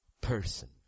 person